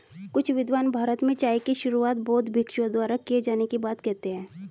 कुछ विद्वान भारत में चाय की शुरुआत बौद्ध भिक्षुओं द्वारा किए जाने की बात कहते हैं